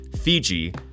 Fiji